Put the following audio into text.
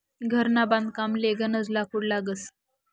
घरना बांधकामले गनज लाकूड लागस